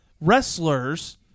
wrestlers